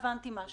לא הבנתי את